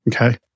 Okay